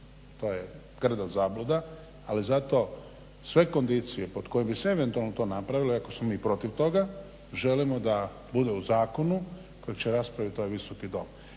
To je grda zabluda. Ali zato sve kondicije pod kojima bi se to eventualno to napravilo iako smo mi protiv toga želimo da bude u zakonu koji će raspraviti ovaj Visoki dom.